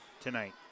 tonight